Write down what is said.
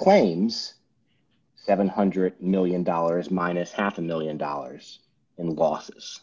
claims seven hundred million dollars minus half a one million dollars in losses